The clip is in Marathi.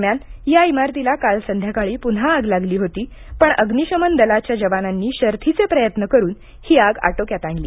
दरम्यान या इमारतीला काल संध्याकाळी पुन्हा आग लागली होती पण अग्निशमन दलाच्या जवानांनी शर्थीचे प्रयत्न करून आग आटोक्यात आणली